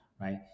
right